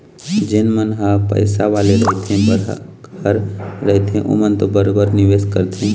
जेन मन ह पइसा वाले रहिथे बड़हर रहिथे ओमन तो बरोबर निवेस करथे